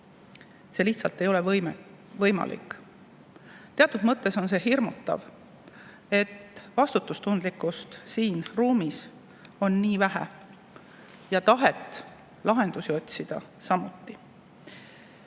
See lihtsalt ei ole võimalik. Teatud mõttes on see hirmutav, et vastutustundlikkust on siin ruumis nii vähe ja tahet lahendusi otsida samuti.